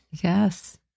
Yes